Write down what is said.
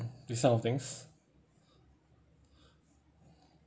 this kind of things